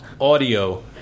audio